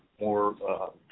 more